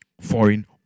foreign